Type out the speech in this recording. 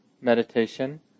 meditation